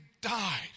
died